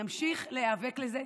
נמשיך להיאבק לזה,